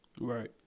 Right